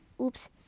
Oops